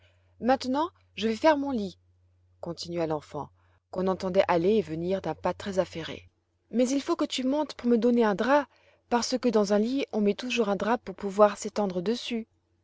maintenant je vais faire mon lit continua l'enfant qu'on entendait aller et venir d'un pas très affairé mais il faut que tu montes pour me donner un drap parce que dans un lit on met toujours un drap pour pouvoir s'étendre dessus